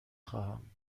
خواهم